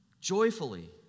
Joyfully